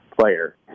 player